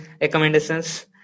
recommendations